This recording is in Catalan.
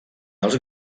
els